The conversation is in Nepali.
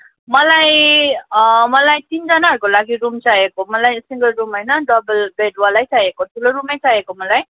मलाई मलाई तिनजनाहरूको लागि रुम चाहिएको मलाई सिङ्गल रुम होइन डबल बेडवालै चाहिएको ठुलो रुमै चाहिएको मलाई